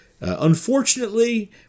Unfortunately